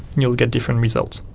you'll get different results.